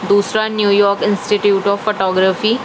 دوسرا New York institute of photo گرافی